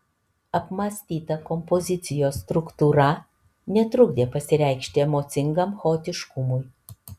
apmąstyta kompozicijos struktūra netrukdė pasireikšti emocingam chaotiškumui